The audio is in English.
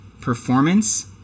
performance